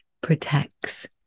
protects